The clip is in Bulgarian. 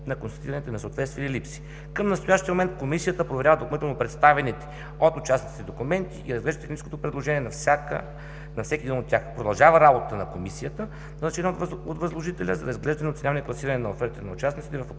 на констатираните несъответствия и липси. Към настоящия момент Комисията проверя допълнително представените от участниците документи и разглежда техническото предложение на всеки един от тях. Продължава работата на Комисията, назначена от възложителя, за разглеждане, оценяване и класиране на офертите на участниците